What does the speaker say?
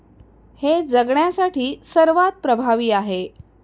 हे जगण्यासाठी सर्वात प्रभावी आहे